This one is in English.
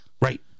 right